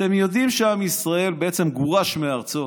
אתם יודעים שעם ישראל בעצם גורש מארצו